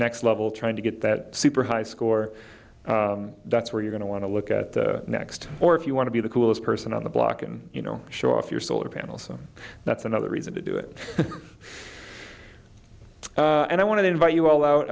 next level trying to get that super high score that's where you're going to want to look at the next or if you want to be the coolest person on the block and you know show off your solar panels that's another reason to do it and i want to invite you all out